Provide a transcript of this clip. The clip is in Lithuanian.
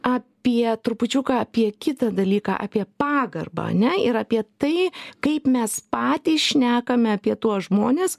apie trupučiuką apie kitą dalyką apie pagarbą ane ir apie tai kaip mes patys šnekame apie tuos žmones